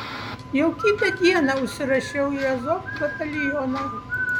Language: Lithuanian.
jau kitą dieną užsirašiau į azov batalioną